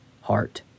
heart